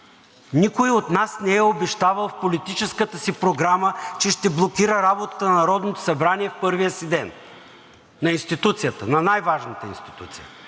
Никой от нас не е обещавал в политическата си програма, че ще блокира работата на Народното събрание в първия си ден – на институцията, на най-важната институция.